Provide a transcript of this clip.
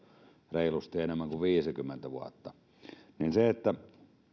reilusti enemmän kuin viisikymmentä vuotta jolloin